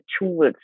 tools